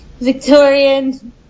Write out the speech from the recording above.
Victorian